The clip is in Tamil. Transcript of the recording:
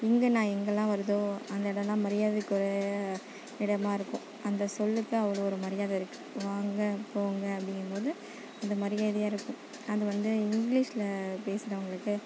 ங்குனா எங்கேலாம் வருதோ அந்த இடம்லாம் மரியாதைக்குரிய இடமாக இருக்கும் அந்த சொல்லுக்கு அவ்வளோ ஒரு மரியாதை இருக்குது வாங்க போங்க அப்படிங்கும்போது அந்த மரியாதையாக இருக்கும் அது வந்து இங்கிலீஷில் பேசுகிறவுங்களுக்கு